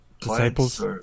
disciples